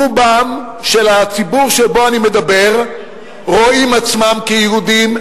רוב הציבור שבו אני מדבר רואים עצמם כיהודים,